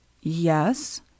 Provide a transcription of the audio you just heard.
yes